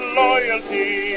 loyalty